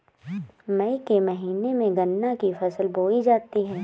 मई के महीने में गन्ना की फसल बोई जाती है